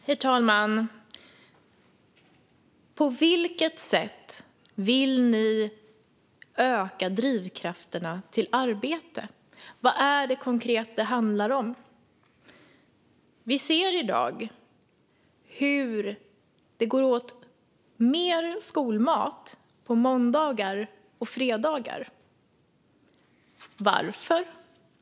Herr talman! På vilket sätt, Caroline Högström, vill ni öka drivkrafterna till arbete? Vad är det konkret det handlar om? Vi ser i dag hur det går åt mer skolmat på måndagar och fredagar. Varför?